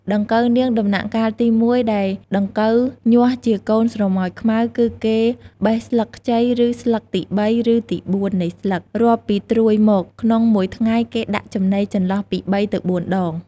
ដង្កូវនាងដំណាក់កាលទី១ ដែលដង្កូវញាស់ជាកូនស្រមោចខ្មៅ គឺគេបេះស្លឹកខ្ចី ឬស្លឹកទី៣ ឬទី៤ នៃស្លឹក រាប់ពីត្រួយមក ក្នុងមួយថ្ងៃគេដាក់ចំណីចន្លោះពី៣ ទៅ៤ដង។